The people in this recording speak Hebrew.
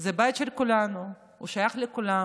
זה בית של כולנו, הוא שייך לכולם.